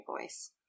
voice